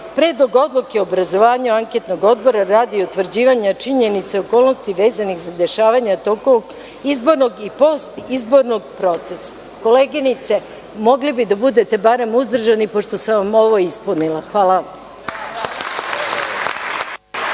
Predlog odluke o obrazovanju anketnog odbora radi utvrđivanja činjenica i okolnosti vezanih za dešavanja tokom izbornog i postizbornog procesa. Koleginice, mogli bi da budete barem uzdržani pošto sam vam ovo ispunila. Hvala